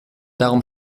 darum